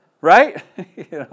Right